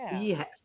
Yes